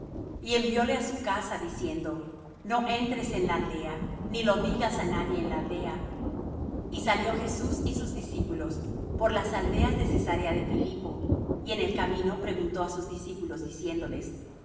y envióle á su casa diciendo no entres en la aldea ni lo digas á nadie en la aldea y salió jesús y sus discípulos por las aldeas de cesarea de filipo y en el camino preguntó á sus discípulos diciéndoles